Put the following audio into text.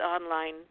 online